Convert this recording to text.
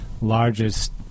largest